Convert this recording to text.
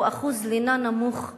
היא אחוז הלינה הנמוך בנצרת.